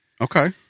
Okay